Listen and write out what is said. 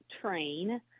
Train